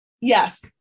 Yes